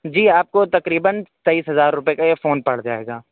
جی آپ کو تقریباً تیئیس ہزار روپیے کا یہ فون پڑ جائے گا